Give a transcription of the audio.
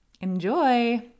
Enjoy